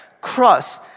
cross